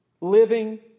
living